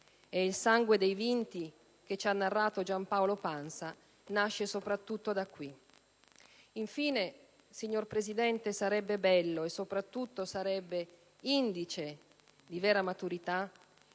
"Il sangue dei vinti" che ci ha narrato Giampaolo Pansa nasce soprattutto da qui. Infine, signor Presidente, sarebbe bello, e soprattutto sarebbe indice di vera maturità,